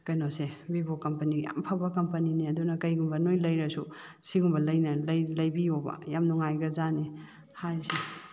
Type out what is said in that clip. ꯀꯩꯅꯣꯁꯦ Vivo company ꯌꯥꯝ ꯐꯕ ꯀꯝꯄꯅꯤꯅꯤ ꯑꯗꯨꯅ ꯀꯩꯒꯨꯝꯕ ꯅꯣꯏꯅ ꯂꯩꯔꯁꯨ ꯁꯤꯒꯨꯝꯕ ꯂꯩꯕꯤꯌꯣꯕ ꯌꯥꯝ ꯅꯨꯡꯉꯥꯏꯈ꯭ꯔꯖꯥꯠꯅꯤ ꯍꯥꯏꯔꯤꯁꯦ